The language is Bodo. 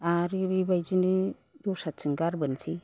आरो बेबायदिनो दस्राथिं गारबोनोसै